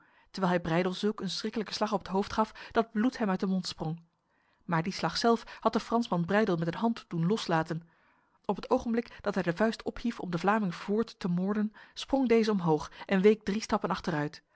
terwijl hij breydel zulk een schriklijke slag op het hoofd gaf dat bloed hem uit de mond sprong maar die slag zelf had de fransman breydel met een hand doen loslaten op het ogenblik dat hij de vuist ophief om de vlaming voort te moorden sprong deze omhoog en week drie stappen achteruit